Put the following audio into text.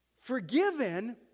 forgiven